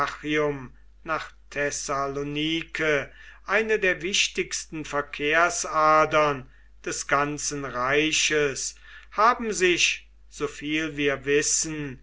nach thessalonike eine der wichtigsten verkehrsadern des ganzen reiches haben sich so viel wir wissen